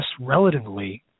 relatively